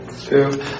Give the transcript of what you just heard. Two